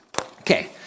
Okay